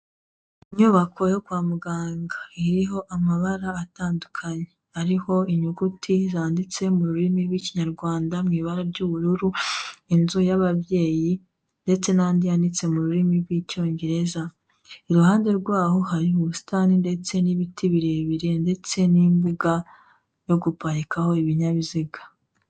Inyubako yo kwa muganga. Iriho amabara atandukanye. Hariho inyuguti zanditse mu rurimi rw'ikinyarwanda mu ibara ry'ubururu, inzu y'ababyeyi, ndetse n'andi yanditse mu rurimi rw'icyongereza. Iruhande rwaho hari ubusitani ndetse n'ibiti birebire ndetse n'imbuga yo guparikaho ibinyabiziga.